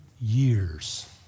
years